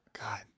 God